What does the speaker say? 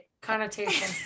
connotation